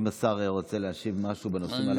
האם השר רוצה להשיב משהו בנושאים הללו?